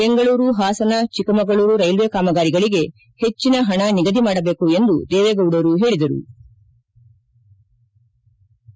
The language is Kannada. ಬೆಂಗಳೂರು ಪಾಸನ ಚಿಕ್ಕಮಗಳೂರು ರೈಲ್ವೆ ಕಾಮಗಾರಿಗಳಿಗೆ ಪಟ್ಟಿನ ಪಣ ನಿಗದಿ ಮಾಡಬೇಕು ಎಂದೂ ದೇವೇಗೌಡರು ವೇಳದರು